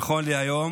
נכון להיום,